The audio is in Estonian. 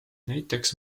näiteks